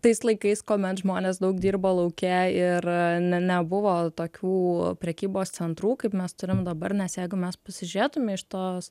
tais laikais kuomet žmonės daug dirbo lauke ir ne nebuvo tokių prekybos centrų kaip mes turim dabar nes jeigu mes pasižiūrėtume iš tos